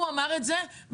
הוא אמר את זה,